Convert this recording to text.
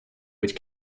which